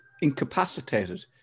incapacitated